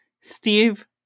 Steve